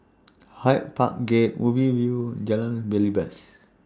Hyde Park Gate Ubi View Jalan Belibas